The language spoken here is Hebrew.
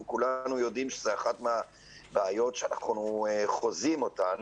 אנחנו כולנו יודעים שזו אחת מהבעיות שאנחנו חוזים אותן.